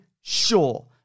sure